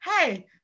hey